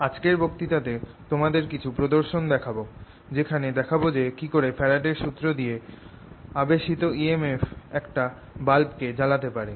আজকের বক্তৃতাতে তোমাদের কিছু প্রদর্শন দেখাব যেখানে দেখাব যে কিকরে ফ্যারাডের সুত্র দিয়ে আবেশিত EMF একটা বাল্ব কে জালাতে পারে